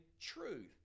truth